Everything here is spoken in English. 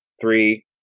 three